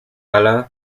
allah